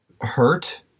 hurt